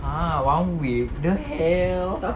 !huh! one week the hell